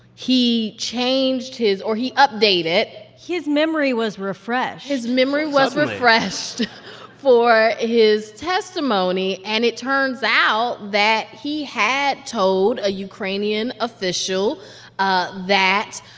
he changed his or he updated. his memory was refreshed his memory was. suddenly. refreshed for his testimony. and it turns out that he had told a ukrainian official ah that,